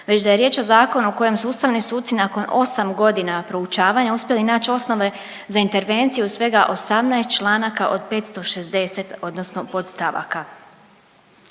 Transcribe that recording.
već da je riječ o zakonu u kojem su ustavni suci nakon 8 godina proučavanja uspjeli naći osnove za intervenciju svega 18 članaka od 560 odnosno podstavaka.